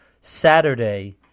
Saturday